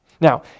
Now